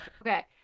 okay